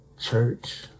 Church